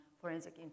forensic